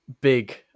big